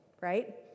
right